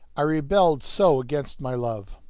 i rebelled so against my love!